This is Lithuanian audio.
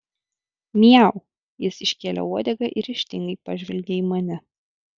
miau jis iškėlė uodegą ir ryžtingai pažvelgė į mane